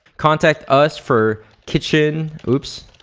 contact us for kitchen, whoops,